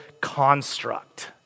construct